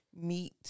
meet